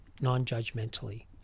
non-judgmentally